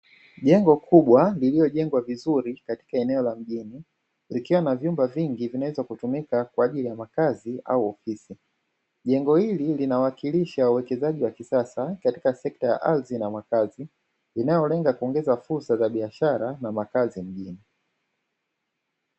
Jengo kubwa lililojengwa vizuri katika eneo la mjini likiwa na vyumba vingi vinaweza kutumika kwajili makazi au ofisi, jengo hili linawakilisha uwekezaji wa kisasa katika sekta ya ardhi na makazi inayolenga kuongeza fursa za biashara na makazi mjini.